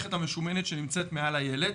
המערכת המשומנת שנמצאת מעל הילד.